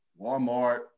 Walmart